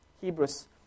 Hebrews